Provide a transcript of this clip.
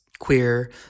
Queer